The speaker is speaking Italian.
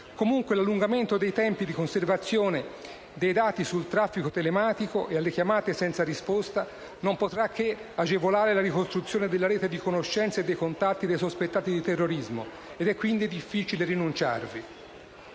Comunque, l'allungamento dei tempi di conservazione dei dati relativi al traffico telematico e alle chiamate senza risposta non potrà che agevolare la ricostruzione della rete di conoscenze e dei contatti dei sospettati di terrorismo, ed è quindi difficile rinunciarvi.